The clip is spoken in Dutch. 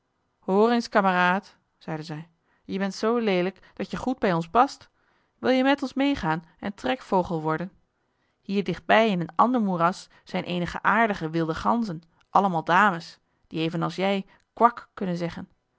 eens kameraad zeiden zij je bent zoo leelijk dat je goed bij ons past wil je met ons meegaan en trekvogel worden hier dichtbij in een ander moeras zijn eenige aardige wilde ganzen allemaal dames die evenals jij kwak kunnen zeggen